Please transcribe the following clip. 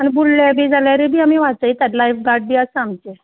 बुडले बी जाल्यारूय बी आमी वाचयता लायफ गार्ड बी आसा आमचे